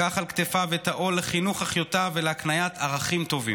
לקח על כתפיו את העול של חינוך אחיותיו והקניית ערכים טובים.